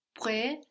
près